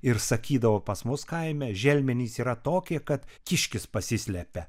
ir sakydavo pas mus kaime želmenys yra tokie kad kiškis pasislepia